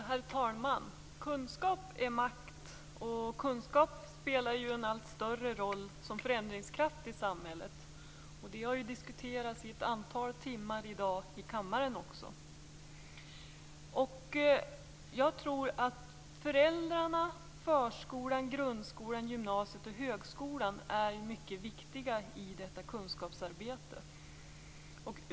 Herr talman! Kunskap är makt, och kunskap spelar en allt större roll som förändringskraft i samhället. Det har också diskuterats i ett antal timmar i kammaren. Jag tror att föräldrarna, grundskolan, gymnasiet och högskolan är mycket viktiga i detta kunskapsarbete.